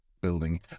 building